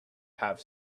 have